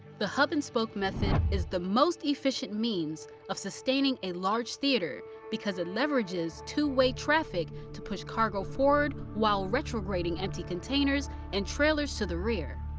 the hub and spoke method is the most efficient means of sustaining a large theater because it leverages two-way traffic to push cargo forward while retrograding empty containers and trailers to the rear.